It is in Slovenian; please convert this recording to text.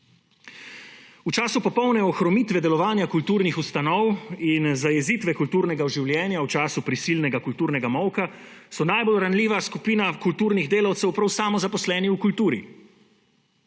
V času popolne ohromitve delovanja kulturnih ustanov in zajezitve kulturnega življenja, v času prisilnega kulturnega molka so najbolj ranljiva skupina kulturnih delavcev prav samozaposleni v kulturi,